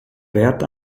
wert